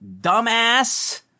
dumbass